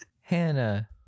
Hannah